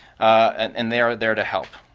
and they are there to help.